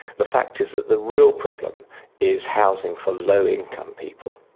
the fact is that the real problem is housing for low income people,